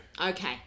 Okay